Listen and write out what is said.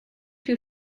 two